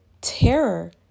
terror